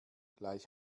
gleich